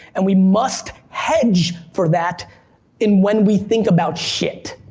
and we must hedge for that in when we think about shit.